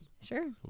Sure